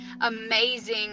amazing